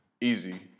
Easy